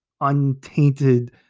untainted